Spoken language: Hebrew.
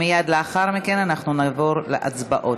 מייד לאחר מכן אנחנו נעבור להצבעות.